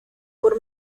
por